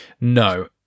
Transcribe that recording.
No